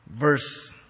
Verse